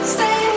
Stay